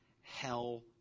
hell